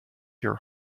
your